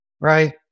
right